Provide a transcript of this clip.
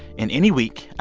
and any week,